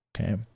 Okay